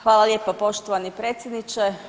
Hvala lijepo poštovani predsjedniče.